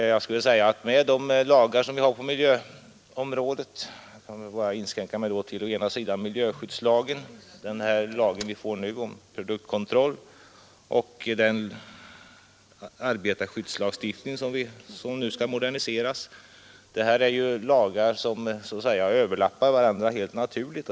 Jag skulle vilja säga att de lagar som vi har på miljöområdet — jag vill då inskränka mig till å ena sidan miljöskyddslagen och den här lagen vi nu får om produktkontroll och å andra sidan den arbetarskyddslagstiftning som nu skall moderniseras — är lagar som så att säga överlappar varandra helt naturligt.